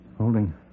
Holding